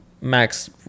max